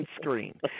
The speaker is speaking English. screen